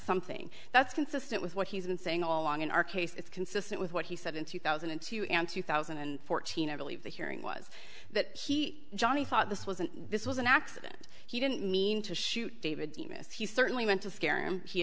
something that's consistent with what he's been saying all along in our case it's consistent with what he said in two thousand and two and two thousand and fourteen i believe the hearing was that he johnny thought this was an this was an accident he didn't mean to shoot david davis he certainly meant to scare him he